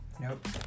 Nope